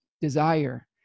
desire